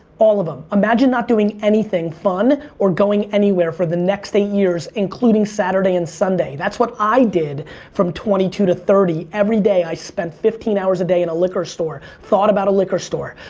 all of em. imagine not doing anything fun or going anywhere for the next eight years, including saturday and sunday. that's what i did from twenty two to thirty. every day i spent fifteen hours a day in a liquor store, thought about a liquor store,